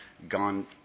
gone